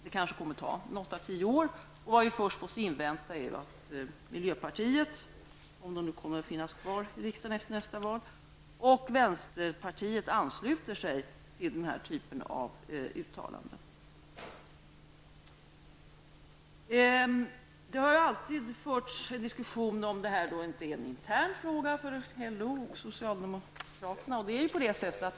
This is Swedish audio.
Det kommer kanske att ta åtta tio år. Vi måste först invänta att miljöpartiet, om partiet nu kommer att finnas kvar i riksdagen efter nästa val, och vänsterpartiet ansluter sig till den här typen av uttalanden. Det har ju alltid diskuterats om den här saken inte är en intern fråga för LO och socialdemokraterna.